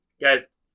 Guys